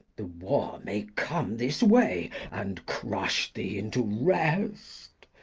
the war may come this way, and crush thee into rest.